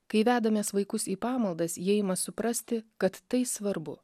kai vedamės vaikus į pamaldas jie ima suprasti kad tai svarbu